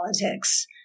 politics